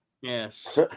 yes